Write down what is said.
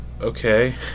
Okay